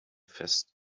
feste